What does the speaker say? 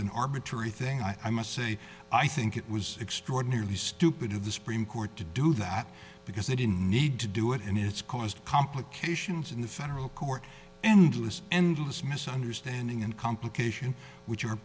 an arbiter one thing i must say i think it was extraordinarily stupid of the supreme court to do that because they didn't need to do it and it's caused complications in the federal court endless endless misunderstanding and complications which are